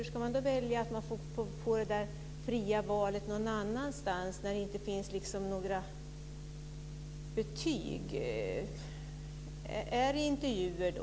Hur ska man göra så att det blir det där fria valet någon annanstans när det inte finns några betyg? Ska det vara intervjuer då?